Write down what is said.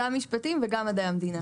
כן, גם משפטים וגם מדעי המדינה.